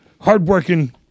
hardworking